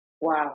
Wow